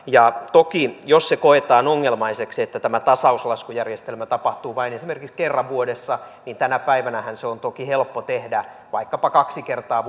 toki jos se koetaan ongelmaiseksi että tämä tasauslaskujärjestelmä tapahtuu vain esimerkiksi kerran vuodessa niin tänä päivänähän se on toki helppo tehdä vaikkapa kaksi kertaa